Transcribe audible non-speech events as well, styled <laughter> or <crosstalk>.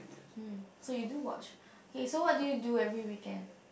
<noise> mm so you do watch okay so what do you do every weekend